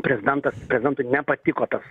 prezidentas prezidentui nepatiko tas